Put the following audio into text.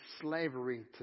slavery